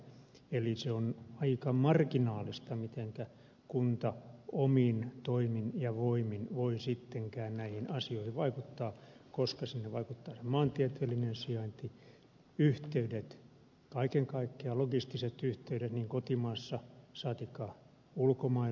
eli on aika marginaalista mitenkä kunta omin toimin ja voimin voi sittenkään näihin asioihin vaikuttaa koska siinä vaikuttaa se maantieteellinen sijainti yhteydet kaiken kaikkiaan logistiset yhteydet kotimaassa saatikka ulkomaille